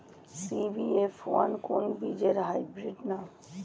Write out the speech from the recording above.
CBF one কোন বীজের hybrid নাম?